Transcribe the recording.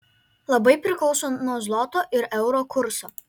labai priklauso nuo zloto ir euro kurso